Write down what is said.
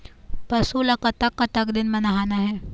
पशु ला कतक कतक दिन म नहाना हे?